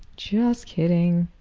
just kidding.